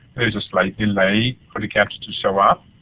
there is a slight delay for the captions to show up.